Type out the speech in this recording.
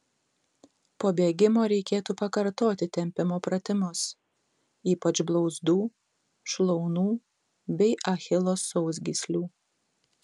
po bėgimo reikėtų pakartoti tempimo pratimus ypač blauzdų šlaunų bei achilo sausgyslių